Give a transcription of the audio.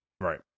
Right